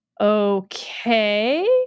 Okay